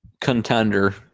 Contender